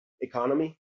economy